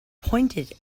pointed